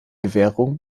gewährung